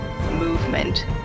movement